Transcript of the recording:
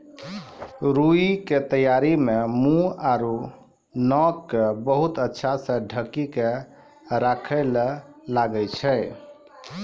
रूई के तैयारी मं मुंह आरो नाक क बहुत अच्छा स ढंकी क राखै ल लागै छै